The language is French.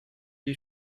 des